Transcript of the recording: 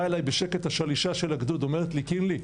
באה אליי בשקט השלישה של הגדוד אומרת לי- קינלי,